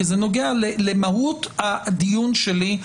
כי זה נוגע למהות הדיון שלי.